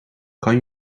kan